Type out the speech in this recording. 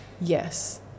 yes